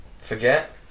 forget